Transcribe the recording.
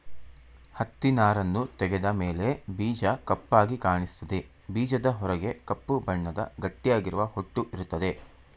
ಹತ್ತಿನಾರನ್ನು ತೆಗೆದ ಮೇಲೆ ಬೀಜ ಕಪ್ಪಾಗಿ ಕಾಣಿಸ್ತದೆ ಬೀಜದ ಹೊರಗೆ ಕಪ್ಪು ಬಣ್ಣದ ಗಟ್ಟಿಯಾಗಿರುವ ಹೊಟ್ಟು ಇರ್ತದೆ